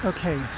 Okay